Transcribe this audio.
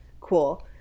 cool